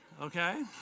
Okay